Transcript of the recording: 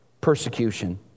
persecution